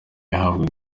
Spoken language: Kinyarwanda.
yahabwaga